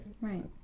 right